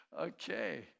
Okay